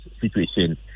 situation